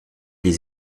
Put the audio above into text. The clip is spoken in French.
les